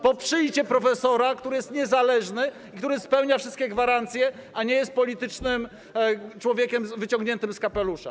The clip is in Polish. Poprzyjcie profesora, który jest niezależny i który spełnia wszystkie gwarancje, a nie jest politycznym człowiekiem wyciągniętym z kapelusza.